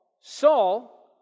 Saul